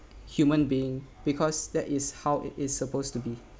human being because that is how it is supposed to be